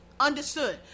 understood